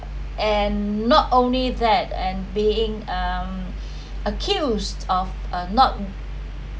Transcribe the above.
and not only that and being a~ accused of uh not